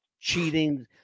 cheating